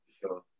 sure